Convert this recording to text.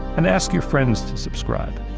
and ask your friends to subscribe.